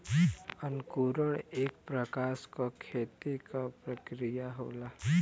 अंकुरण एक प्रकार क खेती क प्रक्रिया होला